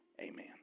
Amen